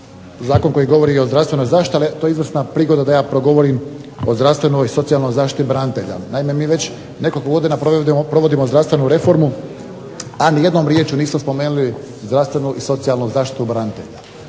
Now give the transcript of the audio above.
zakon koji govori i o zdravstvenoj zaštiti. Ali to je izvrsna prigoda da ja progovorim o zdravstvenoj i socijalnoj zaštiti branitelja. Naime, mi već nekoliko godina provodimo zdravstvenu reformu, a ni jednom riječju nismo spomenuli zdravstvenu i socijalnu zaštitu branitelja.